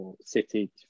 City